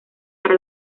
para